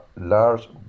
large